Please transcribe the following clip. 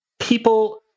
People